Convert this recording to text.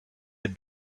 had